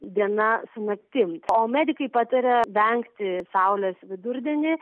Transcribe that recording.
diena su naktim o medikai pataria vengti saulės vidurdienį